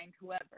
whoever